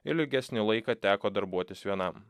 ilgesnį laiką teko darbuotis vienam